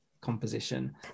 composition